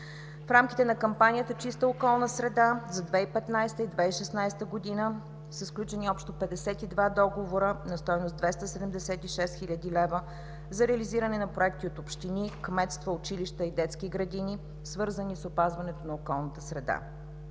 В рамките на кампанията „Чиста околна среда“ за 2015 и 2016 г. са сключени общо 52 договора на стойност 276 хил. лв. за реализиране на проекти от общини, кметства, училища и детски градини, свързани с опазването на околната среда.